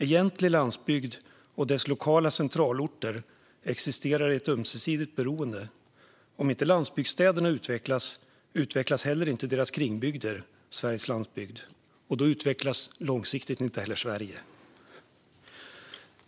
Egentlig landsbygd och dess lokala centralorter existerar i ett ömsesidigt beroende. Om inte landsbygdsstäderna utvecklas så utvecklas inte heller deras kringbygder - Sveriges landsbygd - och då utvecklas inte heller Sverige långsiktigt.